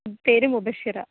പേര് മുബഷിറ